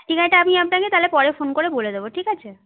ঠিক আছে তা আমি আপনাকে তাহলে পরে ফোন করে বলে দেবো ঠিক আছে